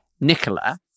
Nicola